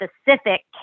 specific